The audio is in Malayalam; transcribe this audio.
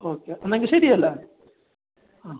ഓക്കെ എന്നാൽ എങ്കിൽ ശരി അല്ലേ ആ